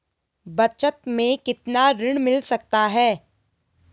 बचत मैं कितना ऋण मिल सकता है?